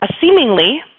seemingly